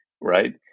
right